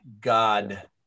God